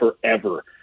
forever